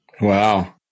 Wow